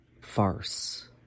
farce